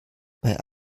bei